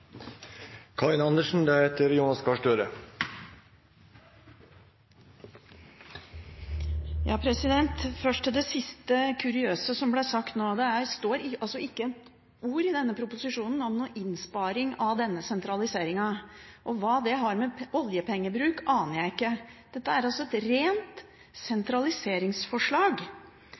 Først til det siste kuriøse som ble sagt nå. Det står altså ikke et ord i denne proposisjonen om noen innsparing av denne sentraliseringen, og hva det har å gjøre med oljepengebruk, aner jeg ikke. Dette er et et rent sentraliseringsforslag.